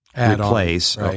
replace